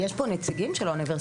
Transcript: יש פה נציגים של האוניברסיטאות?